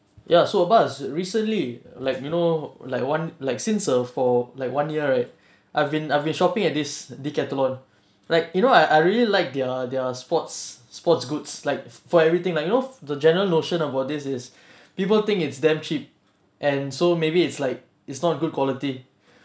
ya so bass recently like you know like one like since uh for like one year right I've been I've been shopping at this decathlon like you know I I really like their their sports sports goods like for everything like you know the general notion about this is people think it's damn cheap and so maybe it's like it's not good quality